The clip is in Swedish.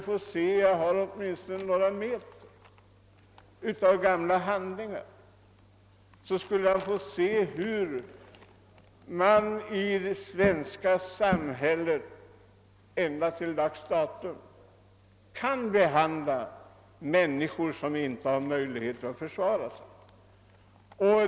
Jag har åtminstone några meter av gamla handlingar, och i dem skulle herr Tobé kunna få se hur man i det svenska samhället ända till dags datum har kunnat behandla människor som inte har möjlighet att försvara sig.